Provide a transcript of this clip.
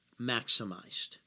maximized